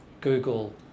Google